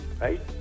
right